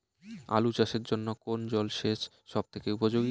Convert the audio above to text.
আলু চাষের জন্য কোন জল সেচ সব থেকে উপযোগী?